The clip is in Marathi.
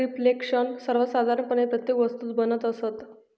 रिफ्लेक्शन सर्वसाधारणपणे प्रत्येक वस्तूचं बनत असतं